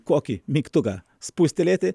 kokį mygtuką spustelėti